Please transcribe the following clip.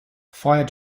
fire